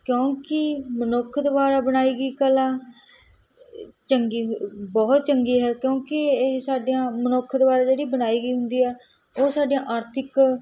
ਕਿਉਂਕਿ ਮਨੁੱਖ ਦੁਬਾਰਾ ਬਣਾਈ ਗਈ ਕਲਾ ਚੰਗੀ ਬਹੁਤ ਚੰਗੀ ਹੈ ਕਿਉਂਕਿ ਇਹ ਸਾਡੀ ਮਨੁੱਖ ਦੁਆਰਾ ਜਿਹੜੀ ਬਣਾਈ ਗਈ ਹੁੰਦੀ ਆ ਉਹ ਸਾਡੀਆਂ ਆਰਥਿਕ